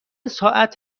ساعت